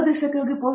ಪ್ರತಾಪ್ ಹರಿಡೋಸ್ ಸರಿ